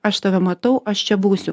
aš tave matau aš čia būsiu